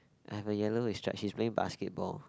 I have a yellow with stripe she's playing basketball